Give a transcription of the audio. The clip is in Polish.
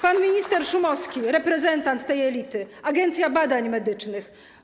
Pan minister Szumowski, reprezentant tej elity, Agencja Badań Medycznych.